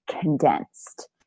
condensed